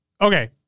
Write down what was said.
okay